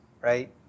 right